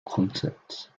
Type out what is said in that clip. concepts